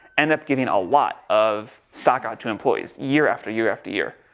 end up giving a lot of stock out to employees, year after year after year.